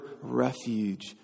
refuge